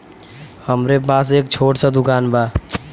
हमरे पास एक छोट स दुकान बा